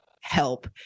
help